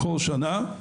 בכל שנה.